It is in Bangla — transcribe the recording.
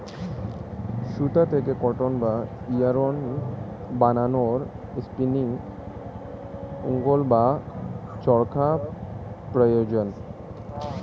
সুতা থেকে কটন বা ইয়ারন্ বানানোর স্পিনিং উঈল্ বা চরকা প্রয়োজন